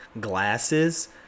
glasses